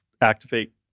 Activate